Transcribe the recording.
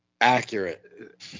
Accurate